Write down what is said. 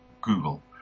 Google